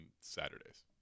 Saturdays